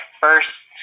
first